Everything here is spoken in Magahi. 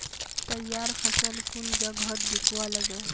तैयार फसल कुन जगहत बिकवा लगे?